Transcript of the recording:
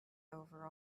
over